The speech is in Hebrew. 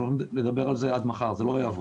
אנחנו נדבר על זה עד מחר, זה לא יעבוד